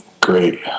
great